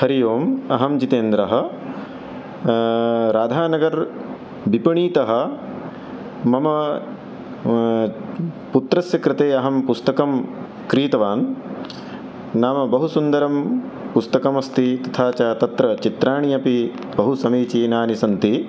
हरिः ओम् अहं जितेन्द्रः राधानगरविपणितः मम पुत्रस्य कृते अहं पुस्तकं क्रीतवान् नाम बहुसुन्दरं पुस्तकमस्ति तथा च तत्र चित्राणि अपि बहुसमीचीनानि सन्ति